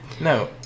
No